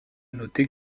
noter